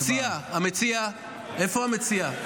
המציע, איפה המציע?